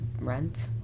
rent